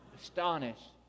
Astonished